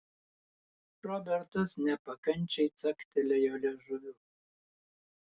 robertas nepakančiai caktelėjo liežuviu